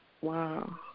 Wow